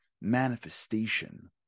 manifestation